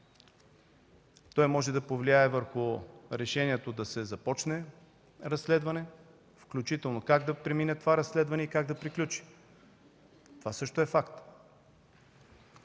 Той може да повлияе върху решението да се започне разследване, включително как да премине това разследване и как да приключи. Това също е факт.